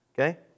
Okay